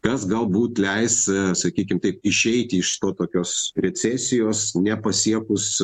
kas galbūt leis sakykim taip išeiti iš to tokios recesijos nepasiekus